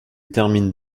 termine